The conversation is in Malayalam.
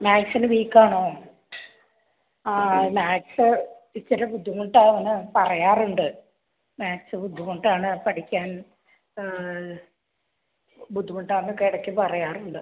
മാത്സില് വീക്കാണോ ആ മാത്സ് ഇച്ചിരി ബുദ്ധിമുട്ടാണ് പറയാറുണ്ട് മാത്സ് ബുദ്ധിമുട്ടാണ് പഠിക്കാൻ ബുദ്ധിമുട്ടാണന്നൊക്കെ ഇടക്ക് പറയാറുണ്ട്